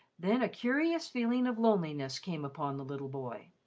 then a curious feeling of loneliness came upon the little boy.